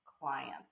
clients